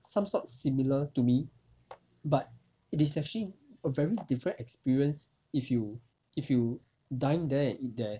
some sort similar to me but it is actually a very different experience if you if you dine there and eat there